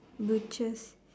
butchers